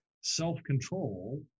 self-control